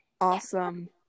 Awesome